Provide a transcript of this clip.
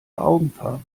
augenfarbe